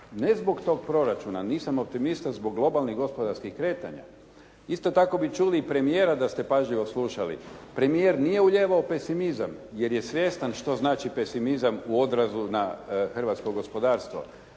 ne zbog tog proračuna. Nisam optimista zbog globalnih gospodarskih kretanja. Isto tako bi čuli i premijera da ste pažljivo slušali. Premijer nije ulijevao pesimizam, jer je svjestan što znači pesimizam u odrazu na hrvatskog gospodarstvo.